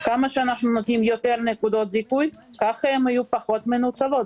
כמה שאנו נותנים יותר נקודות זיכוי כך יהיו פחות מנוצלות.